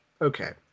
okay